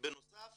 בנוסף